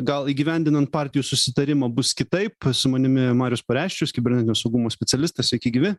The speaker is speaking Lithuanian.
gal įgyvendinant partijų susitarimą bus kitaip su manimi marius pareščius kibernetinio saugumo specialistas sveiki gyvi